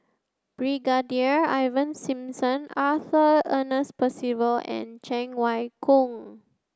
Brigadier Ivan Simson Arthur Ernest Percival and Cheng Wai Keung